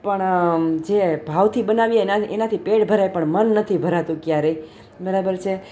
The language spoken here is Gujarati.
પણ જે ભાવથી બનાવીએ એનાથી પેટ ભરાય પણ મન નથી ભરાતું ક્યારેય બરાબર છે